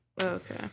Okay